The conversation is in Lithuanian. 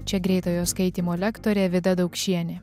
čia greitojo skaitymo lektorė vida daukšienė